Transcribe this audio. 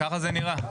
ככה זה נראה.